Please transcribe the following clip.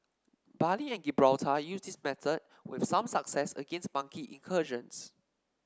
Bali and Gibraltar used this method with some success against monkey incursions